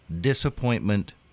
Disappointment